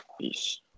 Peace